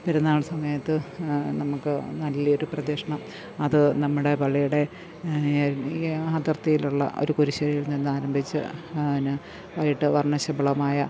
പെരുന്നാൾ സമയത്ത് നമ്മള്ക്ക് നല്ലൊരു പ്രദക്ഷിണം അത് നമ്മുടെ പള്ളിയുടെ അതിർത്തിയിലുള്ള ഒരു കുരിശേൽനിന്നാരംഭിച്ച് എന്നാ വൈകീട്ട് വർണ്ണശബളമായ